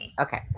okay